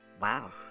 wow